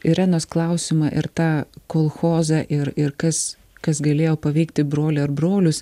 irenos klausimą ir tą kolchozą ir ir kas kas galėjo paveikti brolį ar brolius